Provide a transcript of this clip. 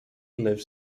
lives